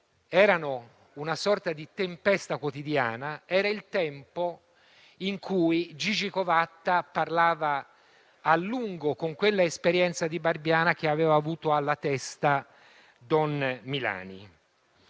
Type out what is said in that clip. erano una sorta di tempesta quotidiana; era il tempo in cui Gigi Covatta parlava a lungo, con quella esperienza della Barbiana che aveva avuto alla testa don Milani.